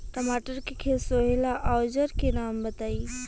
टमाटर के खेत सोहेला औजर के नाम बताई?